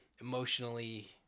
emotionally